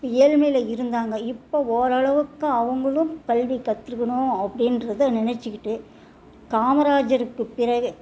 ஏழ்மையில இருந்தாங்க இப்போ ஓரளவுக்கு அவங்களும் கல்வி கற்றுக்கணும் அப்படின்றத நினச்சிக்கிட்டு காமராஜருக்குப் பிறகு